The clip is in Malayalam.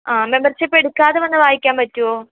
ആ മെമ്പർഷിപ്പ് എടുക്കാതെ വന്ന് വായിക്കാൻ പറ്റുമോ